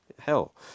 hell